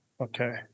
Okay